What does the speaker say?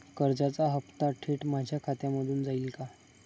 कर्जाचा हप्ता थेट माझ्या खात्यामधून जाईल का?